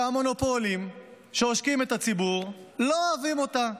שהמונופולים שעושקים את הציבור לא אוהבים אותה,